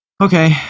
okay